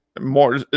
more